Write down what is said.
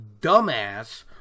dumbass